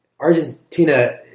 Argentina